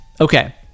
okay